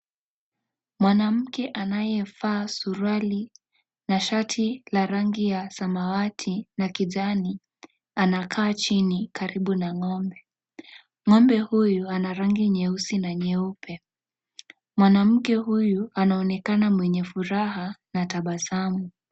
Mwanamke aliyevaa suruali na shati la rangi ya samawati na kijani anakaa chini karibu na ng'ombe. Ng'ombe huyu ana rangi nyeusi na nyeupe. Mwanamke huyu anaonekana mwenye furaha na tabasamu.